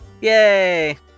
Yay